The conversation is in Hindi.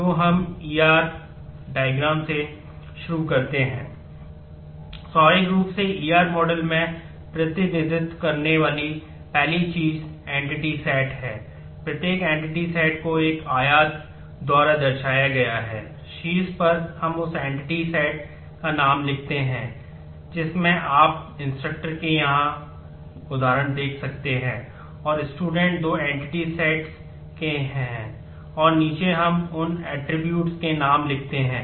तो हम E R आरेख स्वाभाविक रूप से E R मॉडल को रेखांकित करते हैं